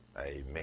Amen